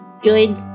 good